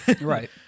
Right